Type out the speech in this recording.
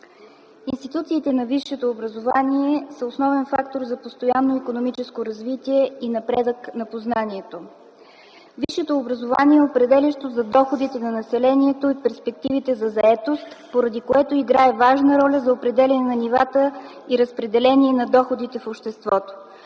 Институциите на висшето образование са основен фактор за постоянно икономическо развитие и напредък на познанието. Висшето образование е определящо за доходите на населението и перспективите за заетост, поради което играе важна роля за определяне на нивата и разпределение на доходите в обществото.